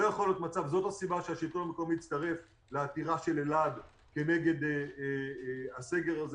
זאת הסיבה שהשלטון המקומי הצטרף לעתירה של עיריית אלעד כנגד הסגר הזה.